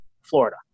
florida